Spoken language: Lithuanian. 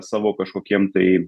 savo kažkokiem tai